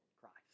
Christ